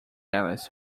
alice